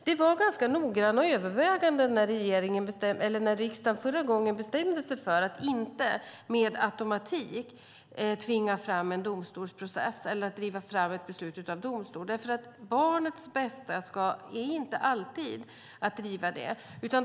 Det gjordes ganska noggranna överväganden när riksdagen förra gången bestämde sig för att inte med automatik tvinga fram en domstolsprocess eller driva fram ett beslut av domstol. Det innebär inte alltid barnets bästa.